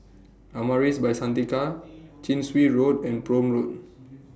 Amaris By Santika Chin Swee Road and Prome Road